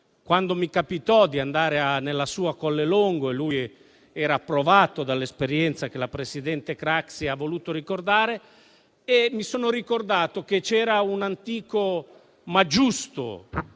Quando mi capitò di andare nella sua Collelongo e lui era provato dall'esperienza che la presidente Craxi ha voluto ricordare, mi sono ricordato che c'era un antico, ma giusto